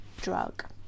drug